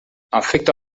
afecta